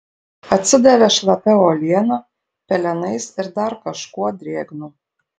atsidavė šlapia uoliena pelenais ir dar kažkuo drėgnu